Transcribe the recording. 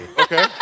Okay